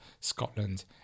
Scotland